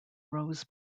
rose